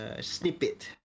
snippet